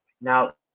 Now